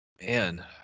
man